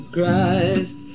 Christ